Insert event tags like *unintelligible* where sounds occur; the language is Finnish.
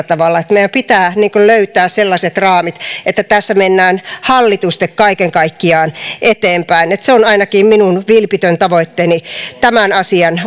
*unintelligible* tavalla meidän pitää löytää sellaiset raamit että tässä mennään hallitusti kaiken kaikkiaan eteenpäin se on ainakin minun vilpitön tavoitteeni tämän asian *unintelligible*